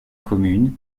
commune